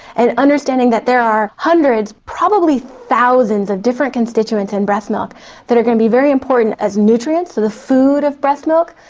and understanding that there are hundreds, probably thousands of different constituents in breast milk that are going to be very important as nutrients, so the food of breast milk,